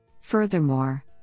Furthermore